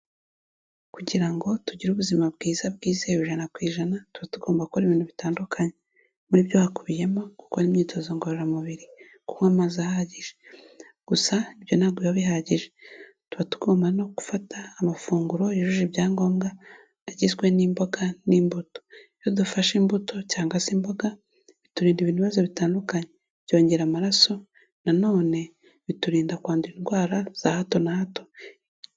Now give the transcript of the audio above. Kugira ngo tugire ubuzima bwiza bwizewe ijana ku ijana tuba tugomba gukora ibintu bitandukanye muri byo hakubiyemo gukora imyitozo ngororamubiri kunywa amazi ahagije gusa ibyo ntabwo biba bihagije tuba tugomba no gufata amafunguro yujuje ibyangombwa agizwe n'imboga n'imbuto iyo dufashe imbuto cyangwa se imboga biturinda ibibazo bitandukanye byongera amaraso nanone biturinda kwandura indwara za hato na hato.